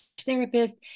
therapist